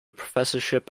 professorship